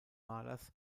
malers